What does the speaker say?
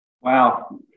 Wow